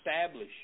establish